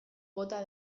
bota